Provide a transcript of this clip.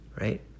right